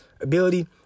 ability